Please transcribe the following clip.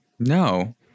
No